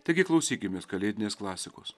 taigi klausykimės kalėdinės klasikos